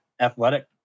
athletic